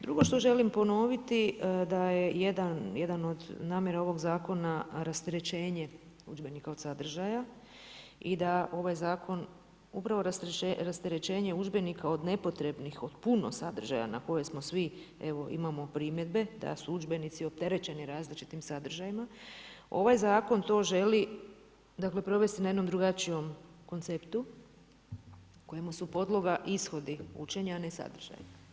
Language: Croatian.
Drugo što želim ponoviti, da je jedan od namjera ovog zakona rasterećenje udžbenika od sadržaja i da ovaj zakon upravo rasterećenje udžbenika od nepotrebnih, od puno sadržaja na koje smo svi evo imamo primjedbe da su udžbenici opterećeni različitim sadržajima, ovaj zakon to želi dakle provesti na jednom drugačijem konceptu kojemu su podloga ishodi učenja, a ne sadržaji.